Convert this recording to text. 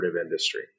industry